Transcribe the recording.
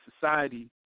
society